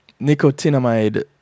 nicotinamide